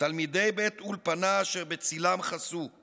/ תלמידי בית אולפנא / אשר בצילם חסו /